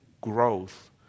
growth